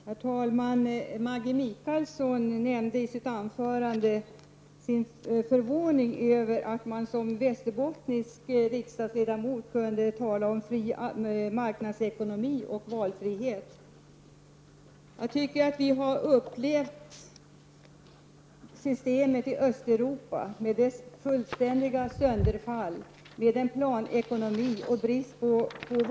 Herr talman! Maggi Mikaelsson uttryckte sin förvåning över att man som västerbottnisk riksdagsledamot kan tala om fri marknadsekonomi och valfrihet. Vi har upplevt hur systemet i Östeuropa, med planekonomi och brist på valfrihet, fullständigt har fallit sönder.